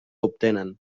obtenen